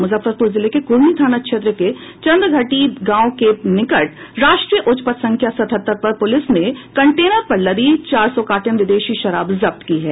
मुजफ्फरपुर जिले के कुढ़नी थाना क्षेत्र के चंद्रहटी गांव के निकट राष्ट्रीय उच्चपथ संख्या सतहत्तर पर पुलिस ने कंटेनर पर लदी चार सौ कार्टन विदेशी शराब जब्त की है